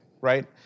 right